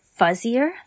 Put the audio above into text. fuzzier